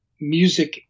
music